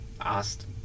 asked